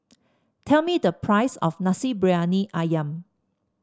tell me the price of Nasi Briyani ayam